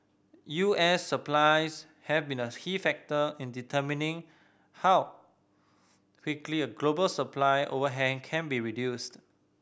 U S supplies have been a key factor in determining how quickly a global supply overhang can be reduced